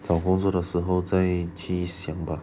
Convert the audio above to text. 找工作的时候再去想吧